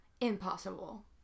Impossible